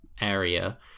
area